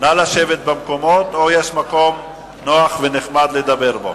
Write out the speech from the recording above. נא לשבת במקומות, או יש מקום נוח ונחמד לדבר בו.